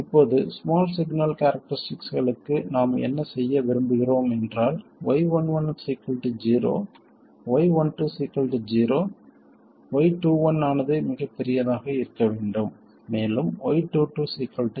இப்போது small signal கேரக்டரிஸ்டிக்ஸ்களுக்கு நாம் என்ன விரும்புகிறோம் என்றால் y11 0 y12 0 y21 ஆனது மிகப் பெரியதாக இருக்க வேண்டும் மேலும் y22 0